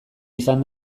izan